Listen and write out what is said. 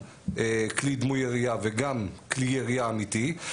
דמוי כלי ירייה וגם כלי ירייה אמיתי,